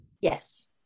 yes